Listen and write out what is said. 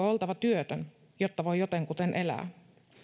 oltava työtön jotta voi jotenkuten elää